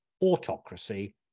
autocracy